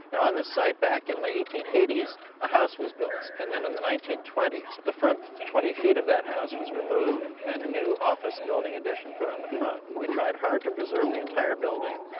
and on this site back in the eighteen eighty s a house was built. and then in the nineteen twenty s the front twenty feet of that house was removed and a new office building addition put on the front. we tried hard to preserve the entire building.